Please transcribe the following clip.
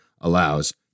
allows